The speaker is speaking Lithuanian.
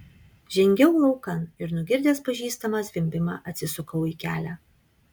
žengiau laukan ir nugirdęs pažįstamą zvimbimą atsisukau į kelią